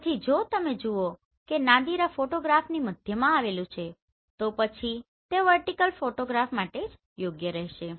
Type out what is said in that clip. તેથી જો તમે જુઓ કે નાદિર આ ફોટોગ્રાફની મધ્યમાં આવેલું છે તો પછી તે વર્ટીકલ ફોટોગ્રાફ માટે જ યોગ્ય રહેશે